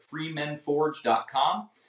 freemenforge.com